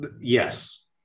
Yes